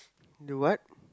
the what